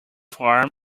farm